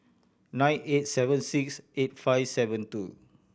nine eight seven six eight five seven two